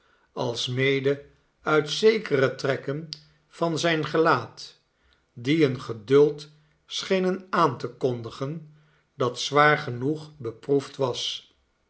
alsmede uit zekere trekken van zijn gelaat die een geduld schenen aan te kondigen dat zwaar genoeg beproefd was